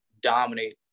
dominate